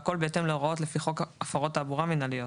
והכול בהתאם להוראות לפי חוק הפרות תעבורה מינהליות."